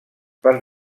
per